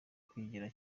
kwigira